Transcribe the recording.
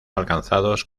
alcanzados